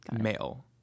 male